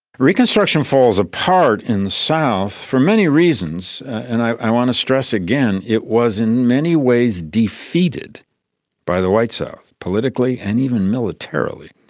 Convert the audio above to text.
reconstruction falls apart in the south for many reasons, and i want to stress again it was in many ways defeated by the white south, politically and even militarily.